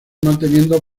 manteniendo